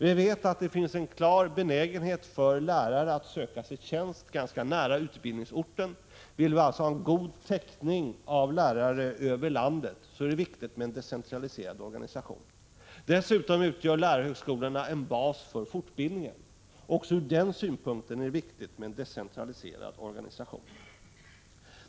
Vi vet att det finns en klar benägenhet hos lärare att söka tjänst ganska nära utbildningsorten. Vill vi ha en god täckning över landet av lärare, är det alltså viktigt med en decentraliserad organisation. En sådan är viktig också med hänsyn till att lärarhögskolorna utgör en bas för fortbildningen.